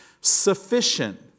sufficient